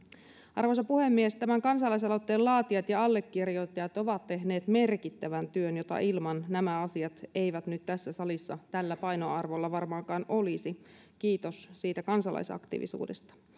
arvoisa puhemies tämän kansalaisaloitteen laatijat ja allekirjoittajat ovat tehneet merkittävän työn jota ilman nämä asiat eivät nyt tässä salissa tällä painoarvolla varmaankaan olisi kiitos siitä kansalaisaktiivisuudesta